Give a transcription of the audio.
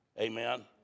Amen